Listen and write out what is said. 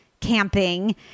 camping